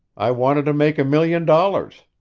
i wanted to make a million dollars.